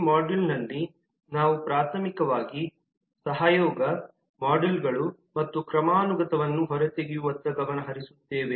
ಈ ಮಾಡ್ಯೂಲ್ನಲ್ಲಿ ನಾವು ಪ್ರಾಥಮಿಕವಾಗಿ ಸಹಯೋಗ ಮಾಡ್ಯೂಲ್ಗಳು ಮತ್ತು ಕ್ರಮಾನುಗತವನ್ನು ಹೊರತೆಗೆಯುವತ್ತ ಗಮನ ಹರಿಸುತ್ತೇವೆ